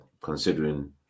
considering